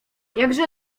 jakże